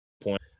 point